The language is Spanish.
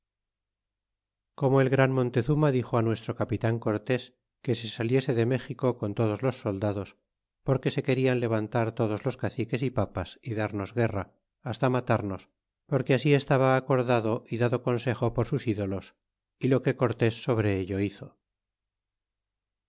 como el grao montezuma dixo nuestro capitan cortés que se saliese de mé ico con todos los soldados porque se querian levantar todos los caciques y papas y darnos guerra hasta matarnos porque asi estaba acordado y dado consejo por sus dolos y lo que cortes sobre ello hizo